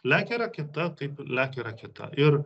lekia raketa kaip lekia raketa ir